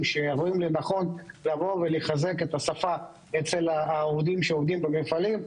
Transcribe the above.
שרואים לנכון לחזק את השפה אצל העובדים במפעלים.